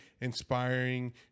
inspiring